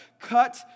cut